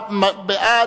בעד,